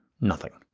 nothing,